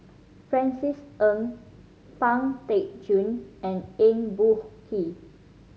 Francis Ng Pang Teck Joon and Eng Boh Kee